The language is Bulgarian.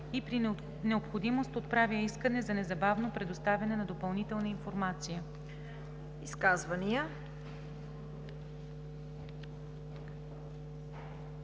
и при необходимост отправя искане за незабавно предоставяне на допълнителна информация.“